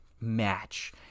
match